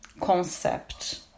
concept